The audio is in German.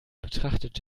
betrachtet